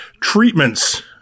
Treatments